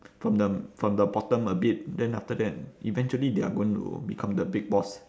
from the from the bottom a bit then after that eventually they are going to become the big boss